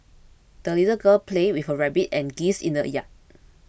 the little girl played with her rabbit and geese in the yard